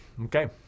Okay